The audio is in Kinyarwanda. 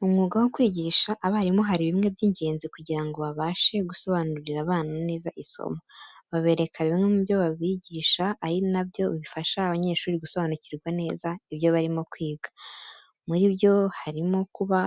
Mu mwuga wo kwigisha abarimu hari bimwe by'ingenzi kugira ngo babashe gusobanurira abana neza isomo, babereka bimwe mu byo babigisha ari na byo bifasha abanyeshuri gusobanukirwa neza ibyo barimo kwiga. Muri byo harimo kuba